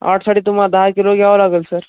आठसाठी तुम्हाला दहा किलो घ्यावं लागल सर